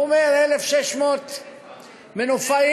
הוא אומר 1,600 מנופאים,